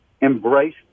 Embrace